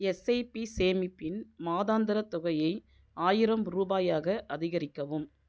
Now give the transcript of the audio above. SIP சேமிப்பின் மாதாந்திரத் தொகையை ஆயிரம் ரூபாயாக அதிகரிக்கவும்